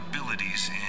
abilities